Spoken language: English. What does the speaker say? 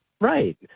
Right